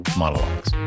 monologues